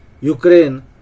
ukraine